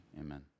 amen